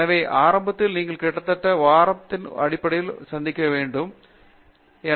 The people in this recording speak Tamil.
எனவே ஆரம்பத்தில் நீங்கள் கிட்டத்தட்ட ஒரு வாரம் அடிப்படையில் சந்திக்க வேண்டும் என்று பரிந்துரைக்கப்படுகிறது